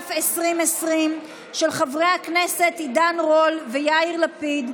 התש"ף 2020, של חברי ככנסת עידן רול ויאיר לפיד.